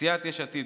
סיעת ש"ס,